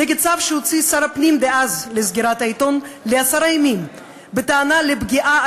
נגד צו שהוציא שר הפנים דאז לסגירת העיתון לעשרה ימים בטענה על פגיעה